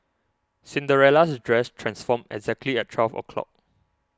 Cinderella's dress transformed exactly at twelve o'clock